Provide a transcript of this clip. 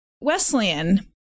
Wesleyan